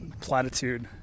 platitude